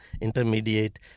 intermediate